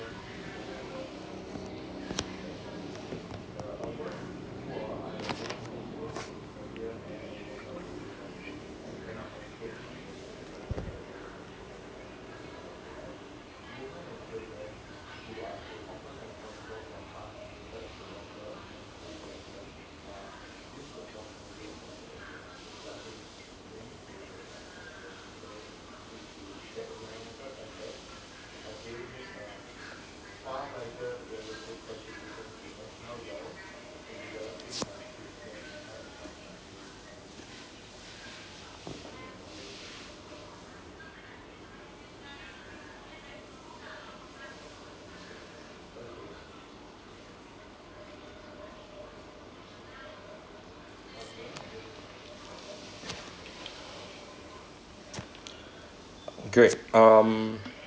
good um